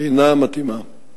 על מנת למנוע כפל של